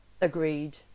agreed